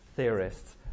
Theorists